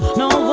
no